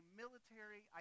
military